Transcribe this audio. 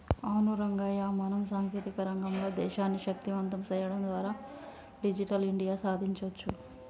అవును రంగయ్య మనం సాంకేతిక రంగంలో దేశాన్ని శక్తివంతం సేయడం ద్వారా డిజిటల్ ఇండియా సాదించొచ్చు